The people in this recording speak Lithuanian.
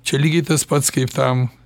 čia lygiai tas pats kaip tam